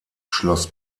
schloß